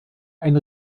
ein